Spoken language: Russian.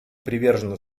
привержено